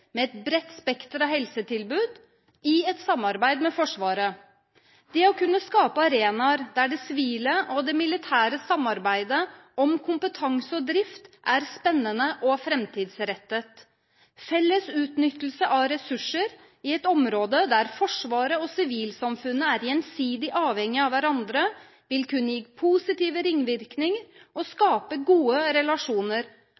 med et bredt spekter av helsetilbud, i et samarbeid med Forsvaret. Å kunne skape arenaer der det sivile og det militære samarbeider om kompetanse og drift, er spennende og framtidsrettet. Felles utnyttelse av ressurser i et område der Forsvaret og sivilsamfunnet er gjensidig avhengig av hverandre, vil kunne gi positive ringvirkninger, skape gode relasjoner og